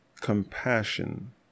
compassion